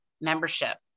membership